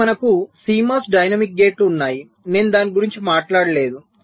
మరియు మనకు CMOS dynamic గేట్లు ఉన్నాయి నేను దాని గురించి మాట్లాడలేదు